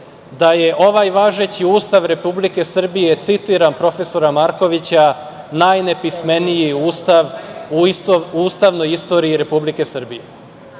da je ovaj važeći Ustav Republike Srbije, citiram prof. Markovića – najnepismeniji Ustav u ustavnoj istoriji Republike Srbije.